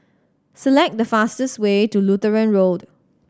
select the fastest way to Lutheran Road